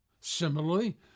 Similarly